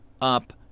up